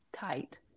Tight